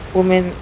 Women